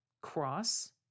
cross